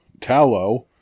Tallow